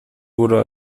wurde